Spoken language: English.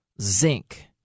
zinc